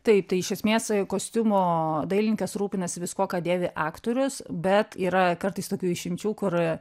taip tai iš esmės kostiumo dailininkės rūpinasi viskuo ką dėvi aktorius bet yra kartais tokių išimčių kur